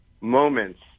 moments